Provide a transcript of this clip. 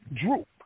droop